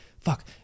fuck